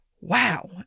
Wow